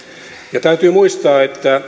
täytyy muistaa että